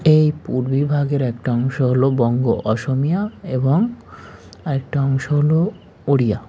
এই পূর্বী ভাগের একটা অংশ হলো বঙ্গ অসমীয়া এবং আরেকটা অংশ হলো ওড়িয়া